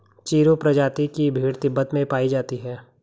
चिरु प्रजाति की भेड़ तिब्बत में पायी जाती है